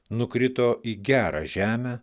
nukrito į gerą žemę